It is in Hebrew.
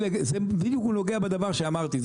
בדיוק הוא נוגע בדבר שאמרתי,